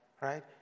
right